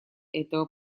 этого